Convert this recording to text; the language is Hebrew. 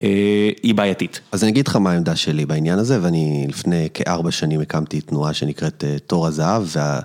היא בעייתית. אז אני אגיד לך מה העמדה שלי בעניין הזה, ואני לפני כארבע שנים הקמתי תנועה שנקראת תור הזהב, וה...